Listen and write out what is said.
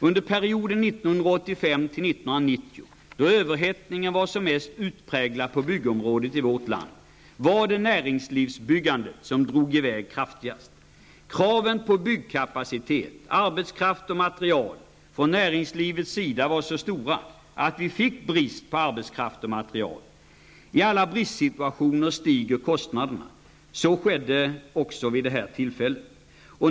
Under perioden 1985--1990, då överhettningen var som mest utpräglad på byggområdet i vårt land var det näringslivsbyggandet som drog i väg kraftigast. Kraven på byggkapacitet -- arbetskraft och material -- från näringslivets sida var så stora att vi fick brist på arbetskraft och material. I alla bristsituationer stiger kostnaderna. Så skedde också vid det här tillfället.